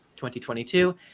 2022